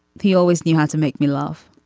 he always knew how to make me laugh